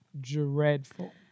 dreadful